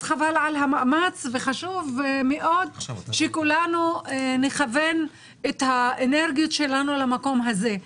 אז חבל על המאמץ וחשוב מאוד שכולנו נכוון את האנרגיות שלנו למקום הזה.